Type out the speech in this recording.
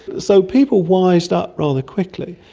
so people wised up rather quickly.